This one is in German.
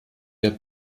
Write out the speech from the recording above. der